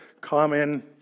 common